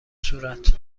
صورت